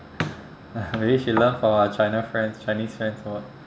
maybe should learn from our china friends chinese friends or what